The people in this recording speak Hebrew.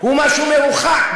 הוא משהו מרוחק,